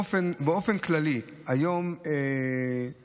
היום באופן כללי למעלה